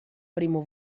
primo